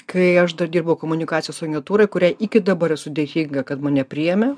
kai aš dar dirbau komunikacijos agentūrai kuriai iki dabar esu dėkinga kad mane priėmė